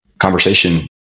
conversation